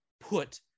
put